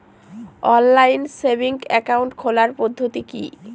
Online savings account খোলার পদ্ধতি কি?